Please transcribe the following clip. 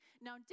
now